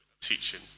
teaching